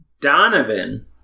Donovan